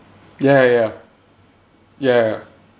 ya ya ya ya ya ya